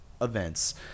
events